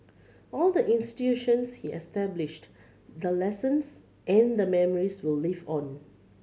all the institutions he established the lessons and the memories will live on